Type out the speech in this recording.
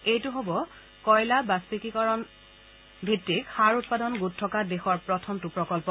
এইটো হ'ব কয়লা বাষ্পীকৰণভিত্তিক সাৰ উৎপাদন গোট থকা দেশৰ প্ৰথমটো প্ৰকল্প